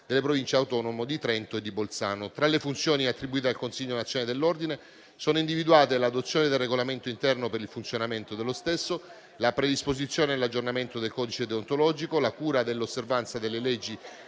delle Province autonome di Trento e di Bolzano. Tra le funzioni attribuite al Consiglio nazionale dell'ordine, sono individuati l'adozione del regolamento interno per il funzionamento dello stesso, la predisposizione e l'aggiornamento del codice deontologico, la cura dell'osservanza delle leggi